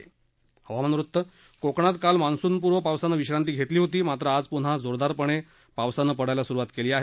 तळकोकणात काल मान्सुनपूर्व पावसानं विश्रांती घेतली होती मात्र आज पुन्हा जोरदारपणे पडायला सुरुवात केली आहे